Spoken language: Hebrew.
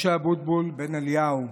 משה אבוטבול בן אליהו,